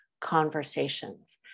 conversations